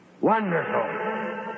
Wonderful